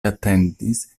atendis